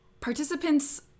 participants